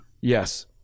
Yes